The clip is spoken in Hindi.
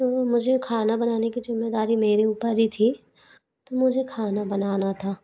तो मुझे खाना बनाने की ज़िम्मेदारी मेरे ऊपर ही थी तो मुझे खाना बनाना था